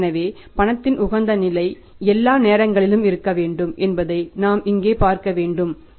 எனவே பணத்தின் உகந்த நிலை எல்லா நேரங்களிலும் இருக்க வேண்டும் என்பதை நாம் இங்கே பார்க்க வேண்டும் என்பதாகும்